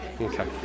Okay